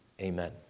Amen